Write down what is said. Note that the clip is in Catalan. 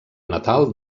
natal